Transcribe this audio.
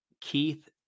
Keith